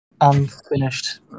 unfinished